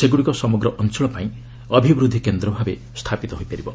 ସେଗୁଡିକ ସମଗ୍ର ଅଞ୍ଚଳ ପାଇଁ ଅଭିବୃଦ୍ଧି କେନ୍ଦ୍ରଭାବେ ସ୍ଥାପିତ ହୋଇପାରିବ